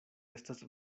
estas